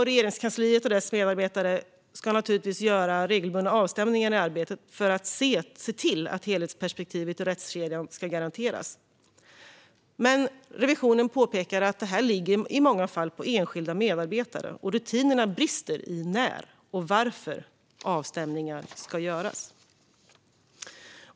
Regeringskansliet och dess medarbetare ska naturligtvis göra regelbundna avstämningar i arbetet för att se till att helhetsperspektivet i rättskedjan ska garanteras. Riksrevisionen påpekar att det i många fall ligger på enskilda medarbetare, och rutinerna brister i när och varför avstämningar ska göras.